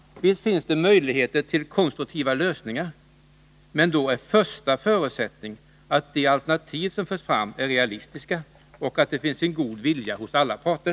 Visst finns det möjligheter till konstruktiva lösningar, men då är första förutsättningen att de alternativ som förts fram är realistiska och att det finns en god vilja hos alla parter.